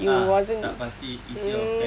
ah tak pasti isi or fats